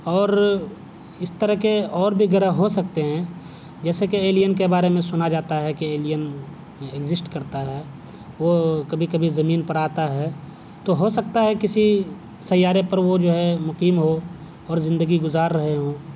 اور اس طرح کے اور بھی گرہ ہو سکتے ہیں جیسے کہ ایلین کے بارے میں سنا جاتا ہے کہ ایلین اگزشٹ کرتا ہے وہ کبھی کبھی زمین پر آتا ہے تو ہو سکتا ہے کسی سیارے پر وہ جو ہے مقیم ہو اور زندگی گزار رہے ہوں